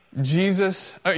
Jesus